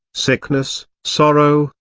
sickness, sorrow,